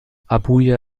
abuja